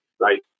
right